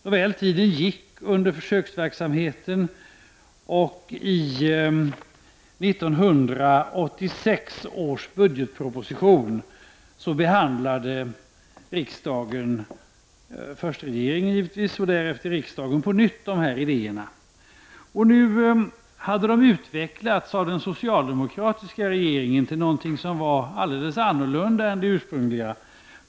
Nåväl — tiden gick, och försöksverksamhet bedrevs. I samband med 1986 års budgetproposition behandlade först regeringen och sedan riksdagen dessa förslag. Nu hade de utvecklats av den socialdemokratiska regeringen till någonting som var alldeles annorlunda än de ursprungliga förslagen.